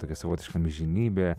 tokia savotiška amžinybė